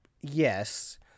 Yes